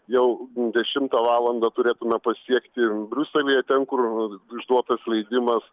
jau dešimtą valandą turėtume pasiekti briuselyje ten kur išduotas leidimas